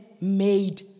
made